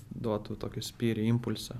duotų tokį spyrį impulsą